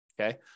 okay